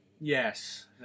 Yes